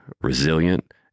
resilient